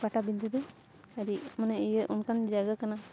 ᱯᱟᱴᱟᱵᱤᱸᱫᱟᱹ ᱫᱚ ᱟᱹᱰᱤ ᱢᱟᱱᱮ ᱤᱭᱟᱹ ᱚᱱᱠᱟᱱ ᱡᱟᱭᱜᱟ ᱠᱟᱱᱟ